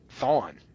Thawne